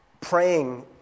praying